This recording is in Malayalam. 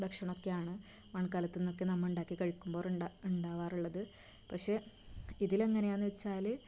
ഭക്ഷണമൊക്കെയാണ് മൺകലത്തിൽ നിന്നൊക്കെ നമ്മൾ ഉണ്ടാക്കി കഴിക്കുമ്പോൾ ഉണ്ടാ ഉണ്ടാവാറുള്ളത് പഷെ ഇതിലെങ്ങനെയാണെന്ന് വെച്ചാല്